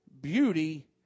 Beauty